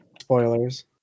Spoilers